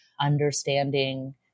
understanding